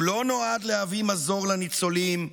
הוא לא נועד להביא מזור לניצולים,